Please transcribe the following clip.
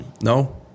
No